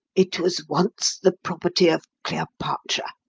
it was once the property of cleopatra.